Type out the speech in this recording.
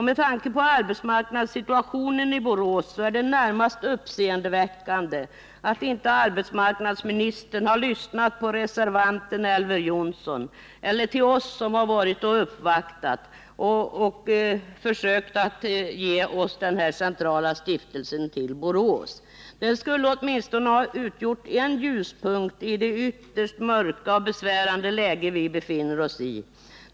Med tanke på arbetsmarknadssituationen i Borås är det närmast uppseendeväckande att inte arbetsmarknadsministern lyssnat på reservanten Elver Jonsson eller på oss som uppvaktat och försökt förlägga den centrala stiftelsen till Borås. Det skulle åtminstone har utgjort en ljuspunkt i det ytterst mörka och besvärande läge som vi befinner oss i.